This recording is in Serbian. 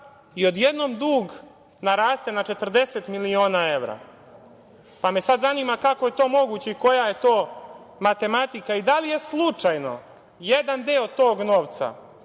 i odjednom, dug naraste na 40 miliona evra, pa me sada zanima kako je to moguće i koja je to matematika? Da li je slučajno jedan deo tog novca